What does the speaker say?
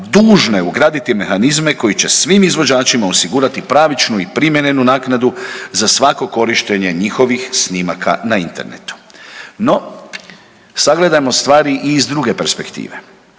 dužne ugraditi mehanizme koji će svim izvođačima osigurati pravičnu i primjerenu naknadu za svako korištenje njihovih snimaka na Internetu.“ No, sagledajmo stvari i iz druge perspektive.